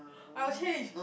I will change